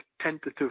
tentative